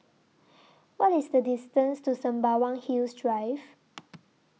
What IS The distance to Sembawang Hills Drive